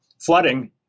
flooding